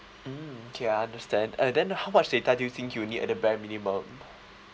mm K I understand uh then how much data do you think you will need at the bare minimum